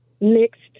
mixed